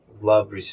love